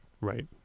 right